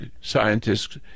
scientists